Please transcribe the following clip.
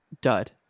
dud